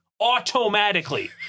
automatically